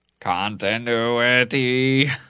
Continuity